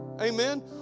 amen